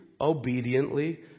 obediently